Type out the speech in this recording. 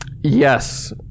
Yes